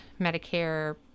Medicare